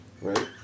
Right